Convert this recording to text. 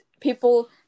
people